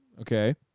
Okay